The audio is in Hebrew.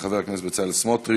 של חבר הכנסת בצלאל סמוטריץ.